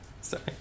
Sorry